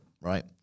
right